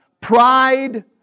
pride